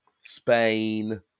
Spain